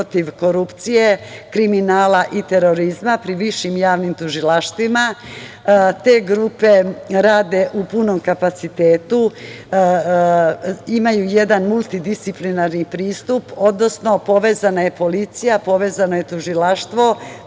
korupcije, kriminala i terorizma pri višim javnim tužilaštvima. Te grupe rade u punom kapacitetu, imaju jedan multidisciplinarni pristup, odnosno povezana je policija, povezano je tužilaštvo,